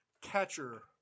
catcher